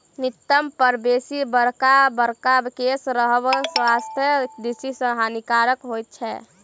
नितंब पर बेसी बड़का बड़का केश रहब स्वास्थ्यक दृष्टि सॅ हानिकारक होइत छै